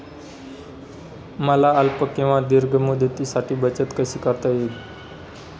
मला अल्प किंवा दीर्घ मुदतीसाठी बचत कशी करता येईल?